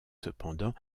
cependant